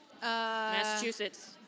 Massachusetts